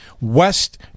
west